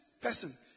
person